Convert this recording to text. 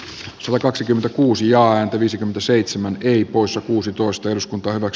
la kaksikymmentäkuusi ja viisikymmentäseitsemän kei poissa kuusitoista eduskunta ovat